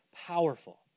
powerful